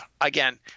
again